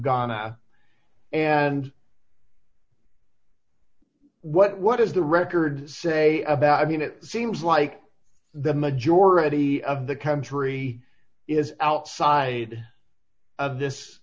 donna and what what is the record say about i mean it seems like the majority of the country is outside of this